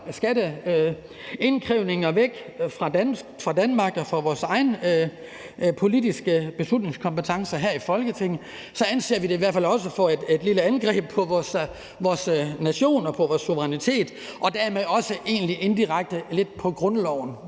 skatteopkrævningen væk fra Danmark og fra vores egen politiske beslutningskompetence her i Folketinget, så vil vi i Danmarksdemokraterne også anse det for et lille angreb på vores nation og på vores suverænitet og dermed også mene, at det egentlig